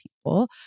people